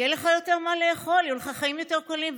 יהיה לך יותר מה לאכול, יהיו לך חיים יותר קלים.